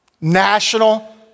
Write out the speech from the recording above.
National